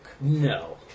No